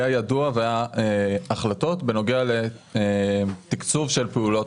היה ידוע והיו החלטות בנוגע לתקצוב של פעולות